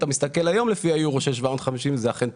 אם אתה מסתכל היום לפי היורו של 750 זה אכן פחות.